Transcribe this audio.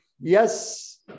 yes